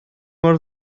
mor